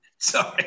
sorry